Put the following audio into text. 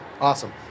Awesome